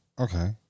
Okay